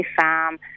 farm